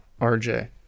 RJ